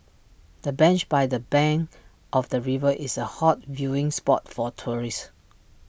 the bench by the bank of the river is A hot viewing spot for tourists